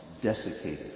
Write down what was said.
desiccated